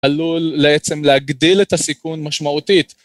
עלול בעצם להגדיל את הסיכון משמעותית.